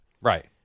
Right